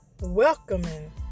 welcoming